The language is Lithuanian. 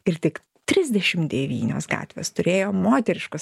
ir tik trisdešimt devynios gatvės turėjo moteriškus